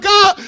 God